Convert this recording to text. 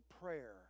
prayer